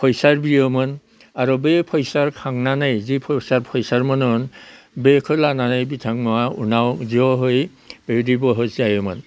फैसा बियोमोन आरो बे फैसा खांनानै जि फैसा फैसा मोनोन बेखो लानानै बिथांमोनहा उनाव जहै बेबायदि बहस जायोमोन